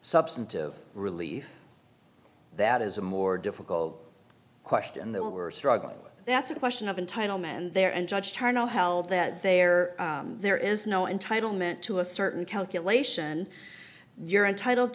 substantive relief that is a more difficult question that we're struggling that's a question of entitlement and there and judge charnel held that there there is no entitlement to a certain calculation you're entitled